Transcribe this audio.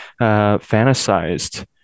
fantasized